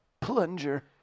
plunger